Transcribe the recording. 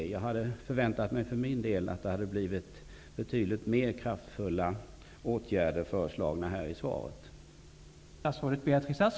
Jag hade för min del förväntat mig att betydligt mer kraftfulla åtgärder hade föreslagits.